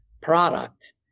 product